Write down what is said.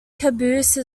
caboose